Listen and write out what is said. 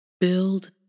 build